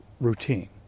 routine